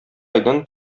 айдан